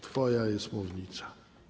Twoja jest mównica.